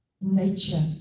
nature